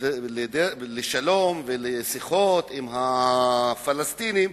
לשלום ולשיחות עם הפלסטינים,